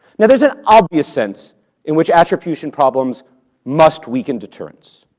now there's an obvious sense in which attribution problems must weaken deterrence.